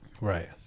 Right